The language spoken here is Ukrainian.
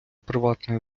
приватної